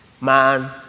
man